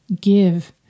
give